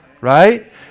right